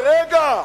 אבל רגע,